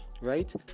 right